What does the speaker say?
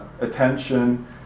attention